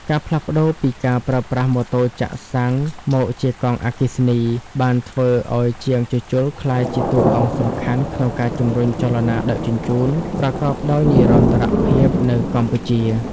ការផ្លាស់ប្តូរពីការប្រើប្រាស់ម៉ូតូចាក់សាំងមកជាកង់អគ្គិសនី បានធ្វើឱ្យជាងជួសជុលក្លាយជាតួអង្គសំខាន់ក្នុងការជំរុញចលនាដឹកជញ្ជូនប្រកបដោយនិរន្តរភាពនៅកម្ពុជា។